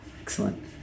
Excellent